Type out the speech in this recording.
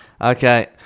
Okay